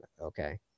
okay